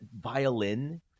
violin